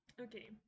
Okay